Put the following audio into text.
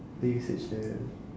where you search at